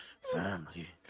family